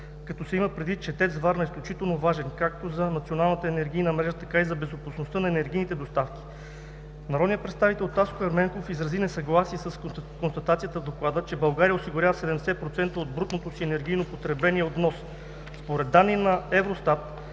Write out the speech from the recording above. като се има предвид че ТЕЦ Варна е изключително важен както за националната енергийна мрежа, така и за безопасността на енергийните доставки. Народният представител Таско Ерменков изрази несъгласие с констатацията в доклада, че България осигурява 70% от брутното си енергийно потребление от внос. Според данни на „Евростат“